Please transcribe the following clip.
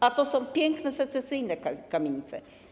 A to są piękne secesyjne kamienice.